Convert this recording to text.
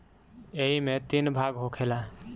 ऐइमे तीन भाग होखेला